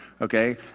Okay